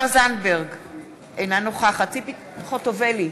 אינה נוכחת ציפי חוטובלי,